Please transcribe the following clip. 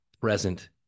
present